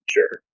Sure